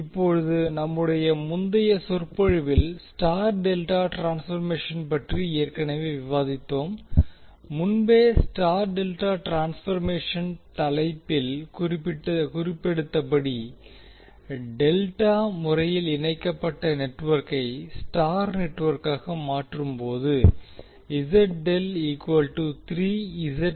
இப்போது நம்முடைய முந்தைய சொற்பொழிவில் ஸ்டார் டெல்டா ட்ரான்ஸ்பர்மேஷன் பற்றி ஏற்கனவே விவாதித்தோம் முன்பே ஸ்டார் டெல்டா ட்ரான்ஸ்பர்மேஷன் தலைப்பில் குறிப்பெடுத்தபடி டெல்டா முறையில் இணைக்கப்பட்ட நெட்வொர்க்கை ஸ்டார் நெட்வொர்க்காக மாற்றும்போது 3